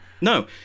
No